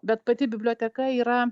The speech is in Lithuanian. bet pati biblioteka yra